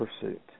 pursuit